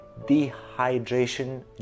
dehydration